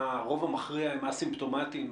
הרוב המכריע הם א-סימפטומטיים,